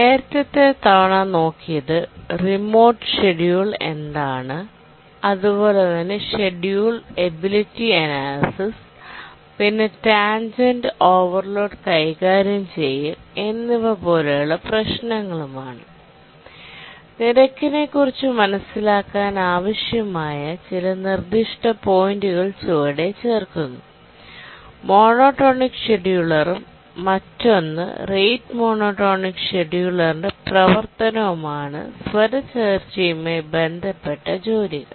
നേരത്തെ തവണ കണ്ടത് റേറ്റ് മോണോടോണിക് ഷെഡ്യൂളർ എന്താണ് അതുപോലെതന്നെ ഷെഡ്യൂൾ എബിലിറ്റി അനാലിസിസ് പിന്നെ ടാൻജെന്റ് ഓവർലോഡ് കൈകാര്യം ചെയ്യൽ എന്നിവ പോലുള്ള പ്രശ്നങ്ങളും ആണ് റേറ്റ് മോണോടോണിക് ഷെഡ്യൂളറനെക്കുറിച്ച് മനസിലാക്കാൻ ആവശ്യമായ ചില നിർദ്ദിഷ്ട പോയിന്റുകൾ ചുവടെ ചേർക്കുന്നു മറ്റൊന്ന് റേറ്റ് മോണോടോണിക് ഷെഡ്യൂളറിന്റെ പ്രവർത്തനവുമാണ് സ്വരച്ചേർച്ചയുമായി ബന്ധപ്പെട്ട ജോലികൾ